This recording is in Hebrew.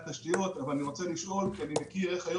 תשתיות אבל אני רוצה לשאול כי אני מכיר איך היום